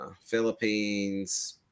Philippines